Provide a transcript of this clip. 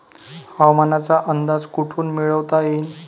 हवामानाचा अंदाज कोठून मिळवता येईन?